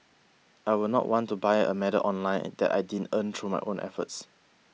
I will not want to buy a medal online that I didn't earn through my own efforts